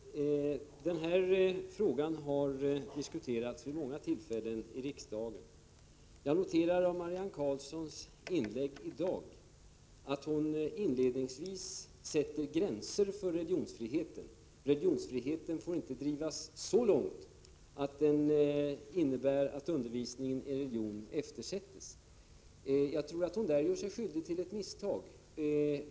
Herr talman! Den här frågan har diskuterats vid många tillfällen i riksdagen. Jag noterar av Marianne Karlssons inlägg i dag att hon inledningsvis sätter gränser för religionsfriheten. Den får inte drivas så långt att den innebär att undervisningen i religion eftersätts, säger hon. Jag tror att hon där gör sig skyldig till ett misstag.